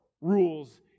rules